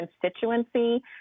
constituency